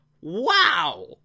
Wow